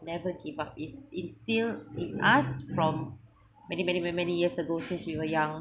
never give up is is still it ask from many many many years ago since we were young